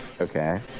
Okay